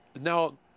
Now